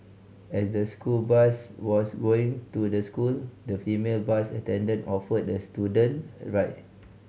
as the school bus was going to the school the female bus attendant offered the student a ride